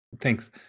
thanks